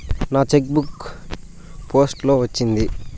నా cheque book post లో వచ్చింది